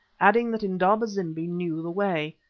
adding that indaba-zimbi knew the way.